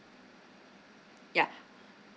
yeah